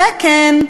זה כן.